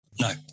No